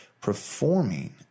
performing